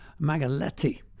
Magaletti